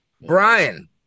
Brian